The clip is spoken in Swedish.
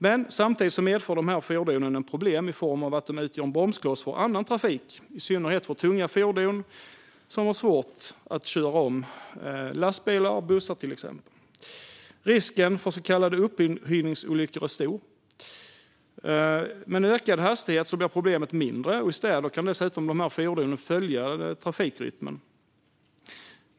Men samtidigt medför dessa fordon problem i och med att de utgör en bromskloss för annan trafik, i synnerhet tunga fordon som har svårt att köra om - lastbilar och bussar, till exempel. Risken för så kallade upphinningsolyckor är stor. Med en ökad hastighet blir problemet mindre, och i städer kan dessa fordon dessutom följa trafikrytmen.